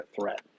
threat